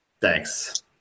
thanks